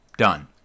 done